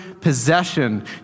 possession